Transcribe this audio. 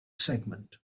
segment